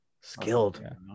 Skilled